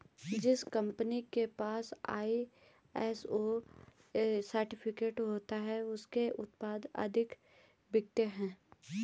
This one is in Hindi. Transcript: जिस कंपनी के पास आई.एस.ओ सर्टिफिकेट होता है उसके उत्पाद अधिक बिकते हैं